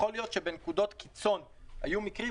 יכול להיות שבנקודות קיצון היו מקרים,